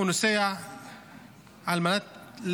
הוא נוסע על מנת,